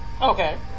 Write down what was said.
Okay